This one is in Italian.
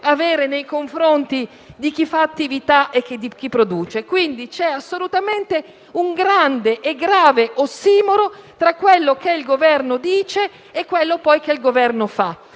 avere nei confronti di chi fa attività e di chi produce. Quindi, c'è assolutamente un grande e grave ossimoro tra quello che il Governo dice e quello che fa.